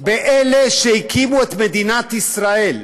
באלה שהקימו את מדינת ישראל.